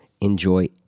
enjoy